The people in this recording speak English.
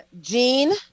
Jean